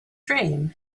dream